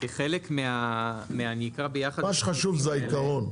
מה שחשוב זה העיקרון.